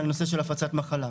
על הנושא של הפצת מחלה.